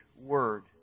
word